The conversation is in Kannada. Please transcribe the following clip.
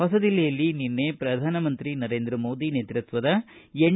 ಹೊಸದಿಲ್ಲಿಯಲ್ಲಿ ನಿನ್ನೆ ಪ್ರಧಾನಮಂತ್ರಿ ನರೇಂದ್ರ ಮೋದಿ ನೇತೃತ್ವದ ಎನ್